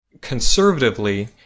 conservatively